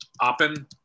Oppen